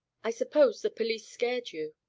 i suppose the police scared you?